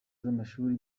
n’amashuri